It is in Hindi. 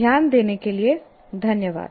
ध्यान देने के लिये धन्यवाद